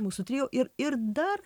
mūsų trio ir ir dar